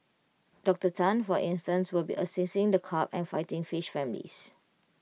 Doctor Tan for instance will be assessing the carp and fighting fish families